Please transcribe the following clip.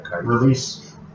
release